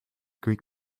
greek